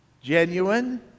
genuine